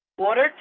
Water